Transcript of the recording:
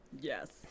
Yes